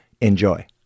Enjoy